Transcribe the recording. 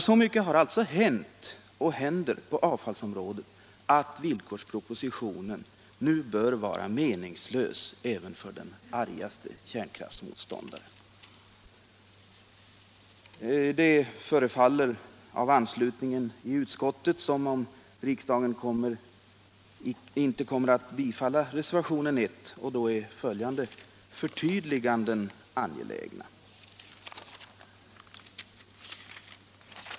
Så mycket har alltså hänt och händer på avfallsområdet att villkorspropositionen nu bör vara meningslös även för den argaste kärnkraftsmotståndare. Det förefaller av anslutningen i utskottet att döma som om riksdagen inte kommer att bifalla reservationen 1, och då är följande förtydliganden angelägna.